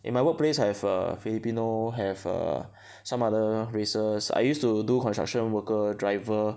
in my workplace have err Filipino have err some other races I used to do construction worker driver